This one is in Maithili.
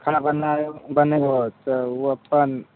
खाना बनाबऽ बनेबै तऽ ओ अप्पन